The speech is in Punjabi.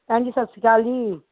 ਭੈਣ ਜੀ ਸਤਿ ਸ਼੍ਰੀ ਅਕਾਲ ਜੀ